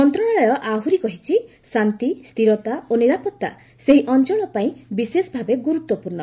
ମନ୍ତ୍ରଣାଳୟ ଆହୁରି କହିଛି ଶାନ୍ତି ସ୍ଥିରତା ଓ ନିରାପତ୍ତା ସେହି ଅଞ୍ଚଳ ପାଇଁ ବିଶେଷ ଭାବେ ଗୁରୁତ୍ୱପୂର୍ଣ୍ଣ